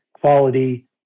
quality